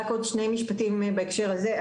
רק עוד שני משפטים בהקשר הזה.